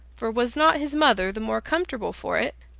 for was not his mother the more comfortable for it?